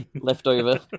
leftover